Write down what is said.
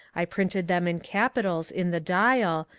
i printed them in capitals in the dial,